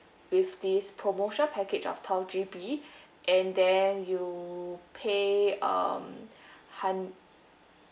with this promotional package of twelve G_B and then you pay uh hund~